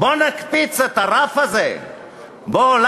בואו נקפיץ את הרף הזה.